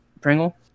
pringle